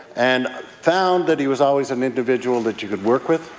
and found that he was always an individual that you could work with,